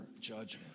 judgment